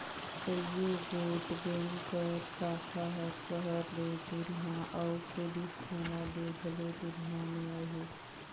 कइयो गोट बेंक कर साखा हर सहर ले दुरिहां अउ पुलिस थाना ले घलो दुरिहां में अहे